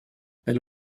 elle